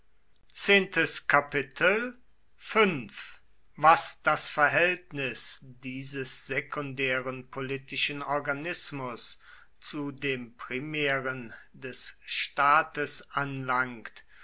was das verhältnis dieses sekundären politischen organismus zu dem primären des staates anlangt